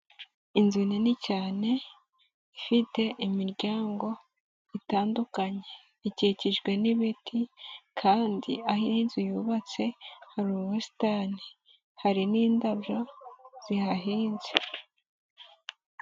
Inzu nini cyane ifite imiryango itandukanye, ikikijwe n'ibiti kandi aho inzu yubatse hari ubusitani, hari n'indabyo zihahinze.